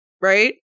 right